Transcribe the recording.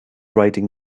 riding